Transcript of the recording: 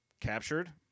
captured